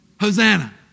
Hosanna